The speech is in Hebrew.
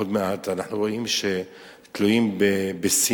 עוד מעט אנחנו רואים שתלויים בסין,